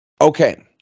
Okay